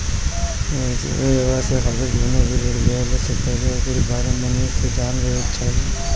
व्यवसाय खातिर कवनो भी ऋण लेहला से पहिले ओकरी बारे में निक से जान लेवे के चाही